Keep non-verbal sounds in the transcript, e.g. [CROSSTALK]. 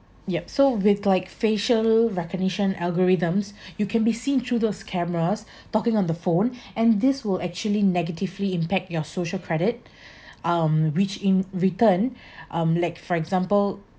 yup so with like facial recognition algorithms you can be seen through those cameras talking on the phone and this will actually negatively impact your social credit [BREATH] um which in return um like for example